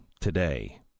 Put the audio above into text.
today